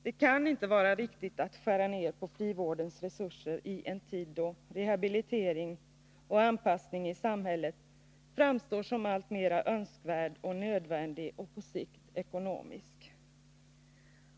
Det kan inte vara riktigt att skära ned på frivårdens resurser i en tid då rehabilitering och anpassning i samhället framstår som alltmer önskvärt och nödvändigt och på sikt ekonomiskt.